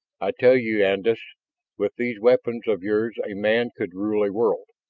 i tell you, andas, with these weapons of yours a man could rule a world!